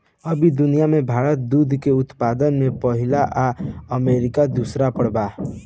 अभी दुनिया में भारत दूध के उत्पादन में पहिला आ अमरीका दूसर पर बा